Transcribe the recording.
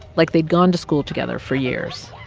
like they'd gone to school together for years.